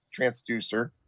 transducer